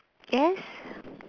yes